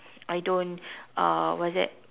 I don't uh what's that